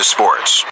Sports